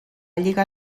lliga